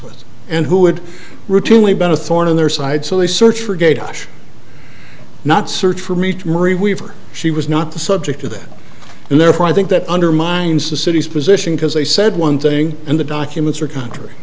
with and who would routinely been a thorn in their side so they search for gate hush not search for me to marie weaver she was not the subject of that and therefore i think that undermines the city's position because they said one thing and the documents are contr